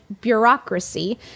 bureaucracy